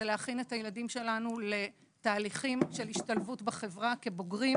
זה להכין את הילדים שלנו לתהליכים של השתלבות בחברה כבוגרים,